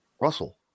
russell